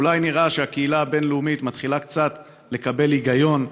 ואולי נראה שהקהילה הבין-לאומית מתחילה קצת לקבל היגיון,